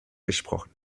gesprochen